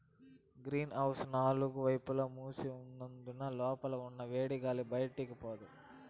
green house నాలుగు వైపులా మూసి ఉన్నందున లోపల ఉన్న వేడిగాలి బయటికి పోదు